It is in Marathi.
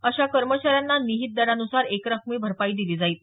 अशा कर्मचाऱ्यांना निहित दरानुसार एक रकमी भरपाई दिली जाईल